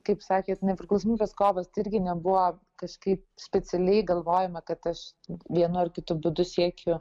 kaip sakėt nepriklausomybės kovos tai irgi nebuvo kažkaip specialiai galvojama kad aš vienu ar kitu būdu siekiu